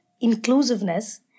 inclusiveness